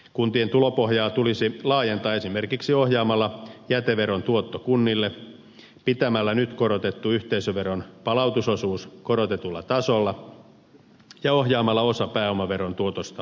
kuntien tulopohjaa tulisi laajentaa esimerkiksi ohjaamalla jäteveron tuotto kunnille pitämällä nyt korotettu yhteisöveron palautusosuus korotetulla tasolla ja ohjaamalla osa pääomaveron tuotosta kunnille